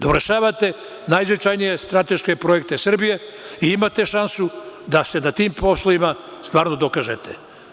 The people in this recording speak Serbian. Dovršavate najznačajnije strateške projekte Srbije i imate šansu da se na tim poslovima stvarno dokažete.